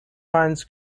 finds